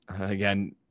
again